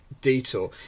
detour